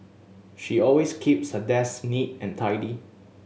she always keeps her desk neat and tidy